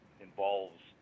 involves